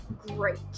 great